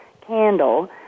candle